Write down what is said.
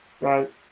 right